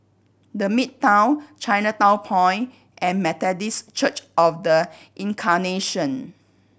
The Midtown Chinatown Point and Methodist Church Of The Incarnation